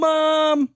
Mom